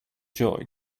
joy